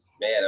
man